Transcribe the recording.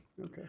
Okay